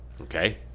Okay